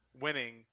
winning